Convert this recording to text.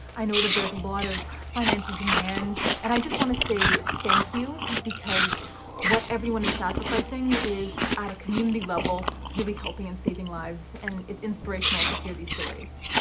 i know that there's a lot of financial demand and i just want to say thank you because what everyone is sacrificing is at a community level really helping in saving lives and it's inspirational to hear these stories.